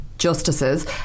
justices